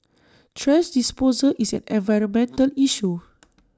trash disposal is an environmental issue